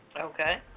Okay